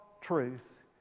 truth